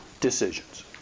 decisions